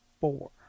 Four